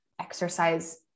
exercise